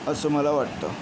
असं मला वाटतं